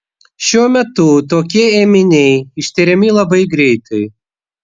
šiuo metu tokie ėminiai ištiriami labai greitai